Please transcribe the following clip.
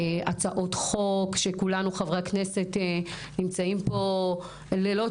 הצעות חוק שכולנו חברי הכנסת נמצאים פה לילות